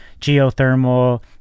geothermal